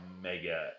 mega